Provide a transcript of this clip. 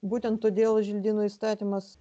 būtent todėl želdynų įstatymas